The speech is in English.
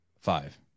five